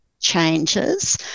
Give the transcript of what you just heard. changes